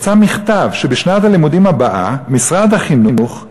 יצא מכתב שבשנת הלימודים הבאה משרד החינוך,